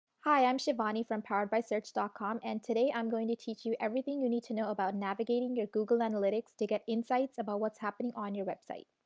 hi, i am shivani from poweredbysearch dot com and today i am going to teach you everything you need to know about navigating your google analytics to get insights about what's happening on your website.